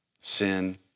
Sin